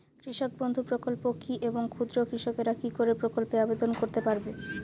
কৃষক বন্ধু প্রকল্প কী এবং ক্ষুদ্র কৃষকেরা কী এই প্রকল্পে আবেদন করতে পারবে?